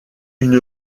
une